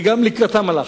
וגם לקראתם הלכנו.